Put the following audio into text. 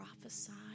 prophesied